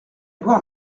voir